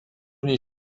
nei